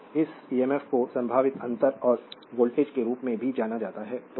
slide समय देखें 2843 तो इस ईएमएफ को संभावित अंतर और वोल्टेज के रूप में भी जाना जाता है